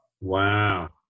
Wow